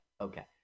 okay